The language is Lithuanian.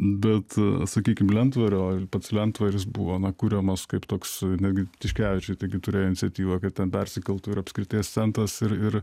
bet sakykim lentvario pats lentvaris buvo kuriamas kaip toks netgi tiškevičiai taigi turėjo iniciatyvą kad ten persikeltų ir apskrities centras ir ir